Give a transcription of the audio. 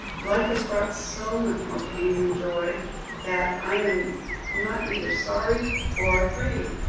life has brought so much more pain than joy that i am not either sorry or afraid.